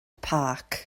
park